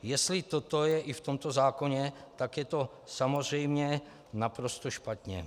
Jestli toto je i v tomto zákoně, tak je to samozřejmě naprosto špatně.